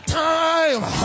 time